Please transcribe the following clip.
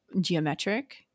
geometric